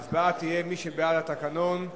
בעד, מי שבעד תיקון התקנון.